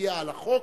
תצביע על החוק,